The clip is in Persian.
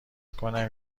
کنم